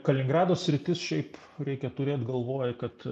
kaliningrado sritis šiaip reikia turėt galvoj kad